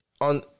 on